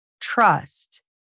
trust